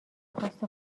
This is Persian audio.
خواست